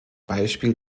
beispiel